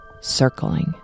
circling